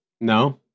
no